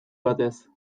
batez